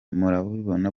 murabibona